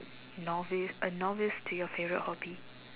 novice a novice to your favourite hobby